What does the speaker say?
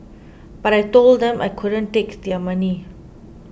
but I told them I couldn't take their money